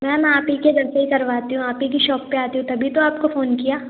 ma'am आप ही के इधर से करवाती हूँ आप ही की शौप पर आती हूँ तभी तो आपको फोन किया